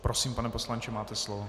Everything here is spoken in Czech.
Prosím, pane poslanče, máte slovo.